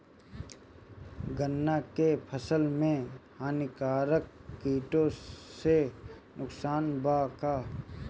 गन्ना के फसल मे हानिकारक किटो से नुकसान बा का?